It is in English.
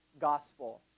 gospel